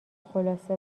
خلاصه